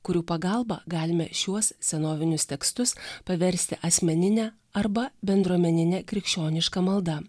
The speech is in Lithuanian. kurių pagalba galime šiuos senovinius tekstus paversti asmenine arba bendruomenine krikščioniška malda